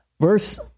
verse